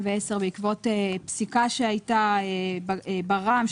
בעקבות פסיקה שהייתה בר"מ,